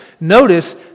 notice